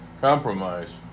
compromise